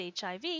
HIV